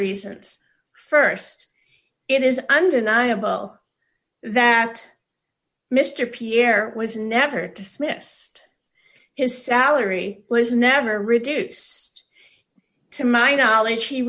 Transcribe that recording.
reasons st it is undeniable that mr pierre was never dismissed his salary was never reduce to my knowledge he